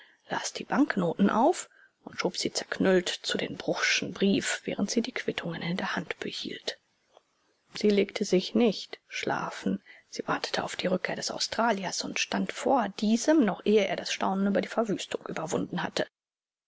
las die banknoten auf und schob sie zerknüllt zu dem bruchsschen brief während sie die quittungen in der hand behielt sie legte sich nicht schlafen sie wartete auf die rückkehr des australiers und stand vor diesem noch ehe er das staunen über die verwüstung überwunden hatte